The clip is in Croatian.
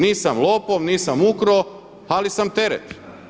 Nisam lopov, nisam ukrao ali sam teret.